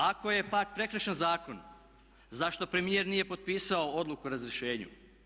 Ako je pak prekršen zakon zašto premijer nije potpisao odluku o razrješenju?